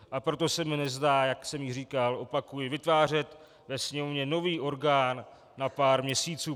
A proto se mi nezdá, jak jsem již říkal, opakuji, vytvářet ve Sněmovně nový orgán na pár měsíců.